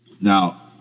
Now